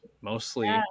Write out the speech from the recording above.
mostly